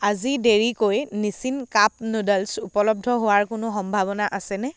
আজি দেৰিকৈ নিছিন কাপ নুডলছ উপলব্ধ হোৱাৰ কোনো সম্ভাৱনা আছেনে